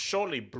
Surely